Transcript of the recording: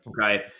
Okay